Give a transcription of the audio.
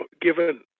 given